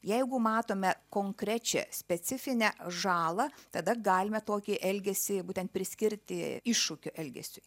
jeigu matome konkrečią specifinę žalą tada galime tokį elgesį būtent priskirti iššūkio elgesiui